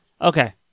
Okay